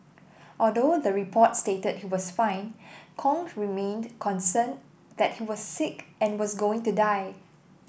although the report stated he was fine Kong remained concerned that he was sick and was going to die